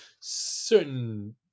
Certain